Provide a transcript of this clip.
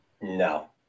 No